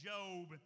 Job